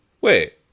Wait